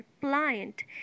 pliant